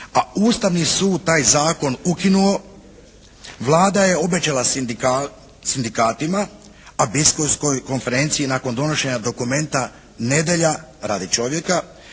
a Ustavni sud taj zakon ukinuo, Vlada je obećala sindikatima a Biskupskoj konferenciji nakon donošenja dokumenta nedjelja radi čovjeka,